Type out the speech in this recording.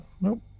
Nope